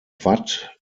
wat